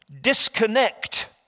disconnect